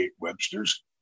Websters